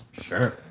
Sure